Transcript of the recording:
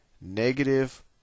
negative